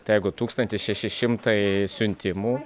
tegu tūkstantis šeši šimtai siuntimų